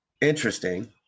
interesting